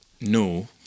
no